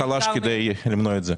חלש כדי למנוע את זה.